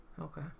Okay